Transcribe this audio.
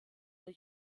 der